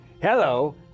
Hello